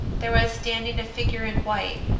there was standing a figure in white,